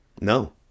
No